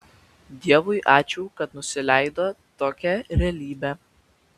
dievui ačiū kad nusileido tokia realybė